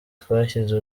twashyize